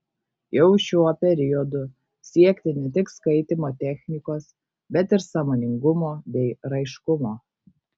jau šiuo periodu siekti ne tik skaitymo technikos bet ir sąmoningumo bei raiškumo